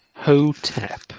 Hotep